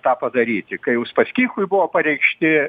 tą padaryti kai uspaskichui buvo pareikšti